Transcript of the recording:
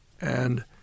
and-